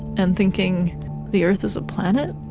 and thinking the earth is a planet?